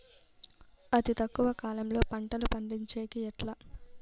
అతి తక్కువ కాలంలో పంటలు పండించేకి ఎట్లా?